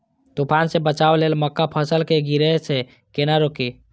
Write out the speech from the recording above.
तुफान से बचाव लेल मक्का फसल के गिरे से केना रोकी?